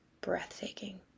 breathtaking